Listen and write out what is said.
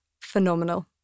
phenomenal